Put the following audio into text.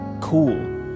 cool